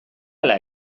ala